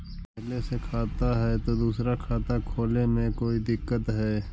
पहले से खाता है तो दूसरा खाता खोले में कोई दिक्कत है?